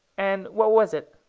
and what was it?